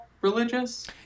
religious